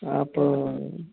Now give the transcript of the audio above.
हाँ तो